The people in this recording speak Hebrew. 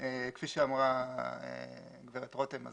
כפי שאמרה גברת רותם,